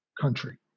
country